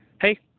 hey